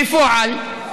בפועל,